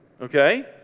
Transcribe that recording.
okay